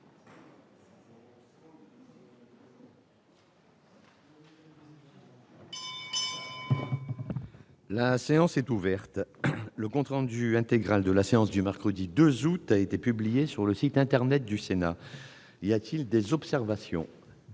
La séance est ouverte. Le compte rendu intégral de la séance du mercredi 2 août 2017 a été publié sur le site internet du Sénat. Il n'y a pas d'observation ?